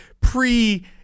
pre